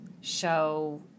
show